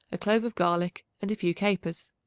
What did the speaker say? a clove of garlic and a few capers.